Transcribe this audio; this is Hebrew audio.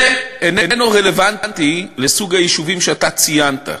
זה איננו רלוונטי לסוג היישובים שאתה ציינת.